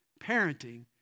Parenting